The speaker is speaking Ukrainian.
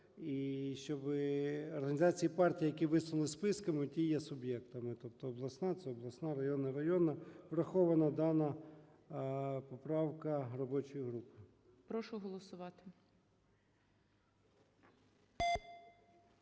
і щоби організації партій, які висунули списками, ті є суб'єктами, тобто обласна – це обласна, районна – районна. Врахована дана поправка робочою групою. ГОЛОВУЮЧИЙ. Прошу голосувати.